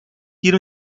yirmi